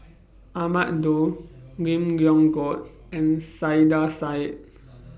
Ahmad Daud Lim Leong Geok and Saiedah Said